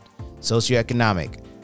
Socioeconomic